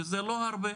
שזה לא הרבה,